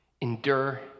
Endure